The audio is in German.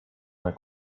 mal